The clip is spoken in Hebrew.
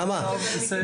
זה מבזה את כל חברי הכנסת.